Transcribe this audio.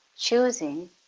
choosing